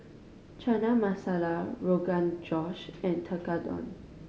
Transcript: Chana Masala Rogan Josh and Tekkadon